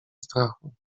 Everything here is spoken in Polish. strachu